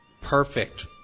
perfect